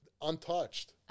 untouched